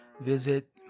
visit